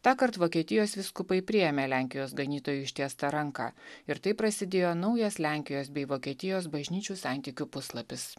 tąkart vokietijos vyskupai priėmė lenkijos ganytojų ištiestą ranką ir taip prasidėjo naujas lenkijos bei vokietijos bažnyčių santykių puslapis